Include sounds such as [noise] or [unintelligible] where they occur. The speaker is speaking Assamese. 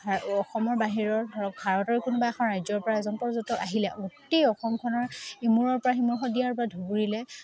অসমৰ বাহিৰৰ ধৰক ভাৰতৰ কোনোবা এখন ৰাজ্যৰ পৰা এজন পৰ্যটক আহিলে গোটেই অসমখনৰ ইমূৰৰ পৰা সিমূৰলৈ [unintelligible] শদিয়াৰ পৰা ধুবুৰীলে